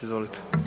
Izvolite.